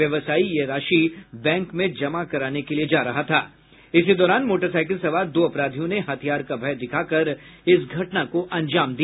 व्यावसायी यह राशि बैंक में जमा करने के लिये जा रहा था इसी दौरान मोटरसाईकिल सवार दो अपराधियों ने हथियार का भय दिखाकर इस घटना को अंजाम दिया